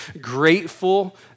grateful